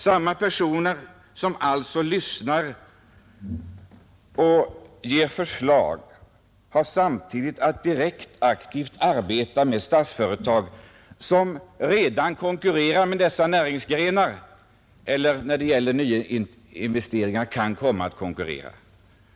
Samma personer som lyssnar och ger förslag har samtidigt att direkt aktivt arbeta med statsföretag som redan konkurrerar med dessa näringsgrenar eller — när det gäller nyinvesteringar — kan komma att konkurrera.